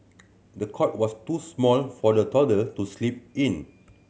the cot was too small for the toddler to sleep in